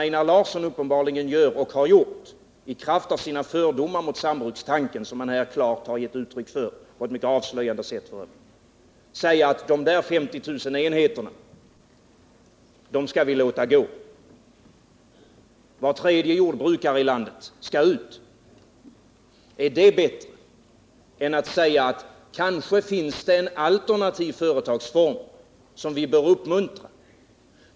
Einar Larsson anser uppenbarligen det i kraft av sina fördomar mot sambrukstanken, vilka han på ett mycket avslöjande sätt här har givit klart uttryck för. Är det bättre än att säga att det kanske finns en alternativ företagsform, som vi bör uppmuntra?